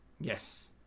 Yes